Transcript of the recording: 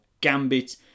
Gambit